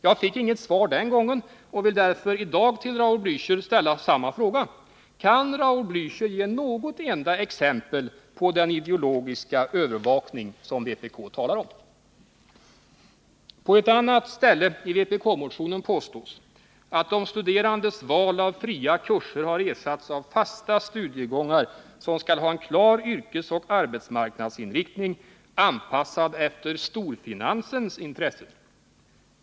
Jag fick inget svar den gången och vill därför i dag till Raul Blächer ställa samma fråga: Kan Raul Blächer ge något enda exempel på den ideologiska övervakning som vpk talar om? På ett annat ställe i vpk-motionen påstås att de studerandes val av fria kurser har ersatts av fasta studiegångar, som skall ha en klar ”yrkesoch arbetsmarknadsinriktning” anpassad efter storfinansens intressen.